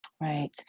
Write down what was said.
Right